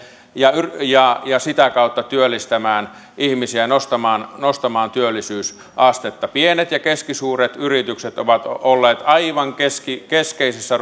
ja ja sitä kautta työllistämään ihmisiä nostamaan nostamaan työllisyysastetta pienet ja keskisuuret yritykset ovat olleet aivan keskeisessä